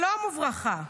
שלום וברכה,